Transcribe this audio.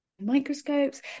microscopes